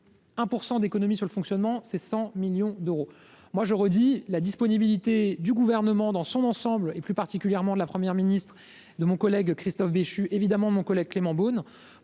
1 % d'économies sur le fonctionnement, c'est 100 millions d'euros d'économies ! Je redis la disponibilité du Gouvernement dans son ensemble, et plus particulièrement de la Première ministre et de mes collègues Christophe Béchu et Clément Beaune,